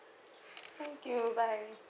thank you bye